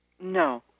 No